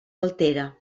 altera